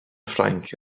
ffrainc